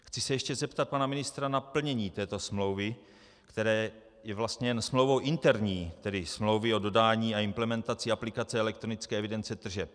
Chci se ještě zeptat pana ministra na plnění této smlouvy, které je vlastně jen smlouvou interní, tedy smlouvy o dodání a implementaci aplikace elektronické evidence tržeb.